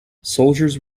soldiers